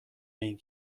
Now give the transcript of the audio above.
این